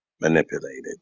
manipulated